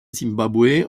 simbabwe